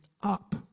up